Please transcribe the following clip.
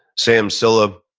sam cila